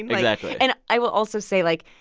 exactly and i will also say, like,